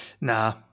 Nah